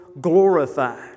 glorified